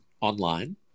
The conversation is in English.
online